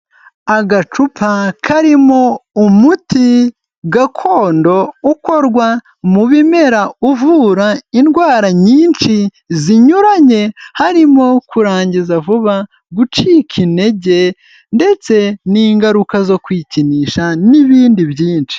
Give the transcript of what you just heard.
Agacupa karimo umuti gakondo ukorwa mu bimera, uvura indwara nyinshi zinyuranye harimo: kurangiza vuba, gucika intege, ndetse n'ingaruka zo kwikinisha n'ibindi byinshi.